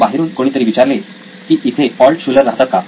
बाहेरून कोणीतरी विचारले की इथे ऑल्टशुलर राहतात का